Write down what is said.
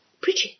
Bridget